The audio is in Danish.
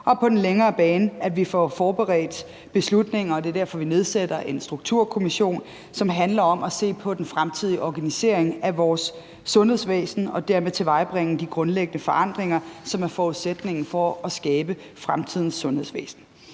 vi på den længere bane forberedt beslutninger. Det er derfor, vi nedsætter en strukturkommission. Det handler om at se på den fremtidige organisering af vores sundhedsvæsen og dermed tilvejebringe de grundlæggende forandringer, som er forudsætningen for at skabe fremtidens sundhedsvæsen.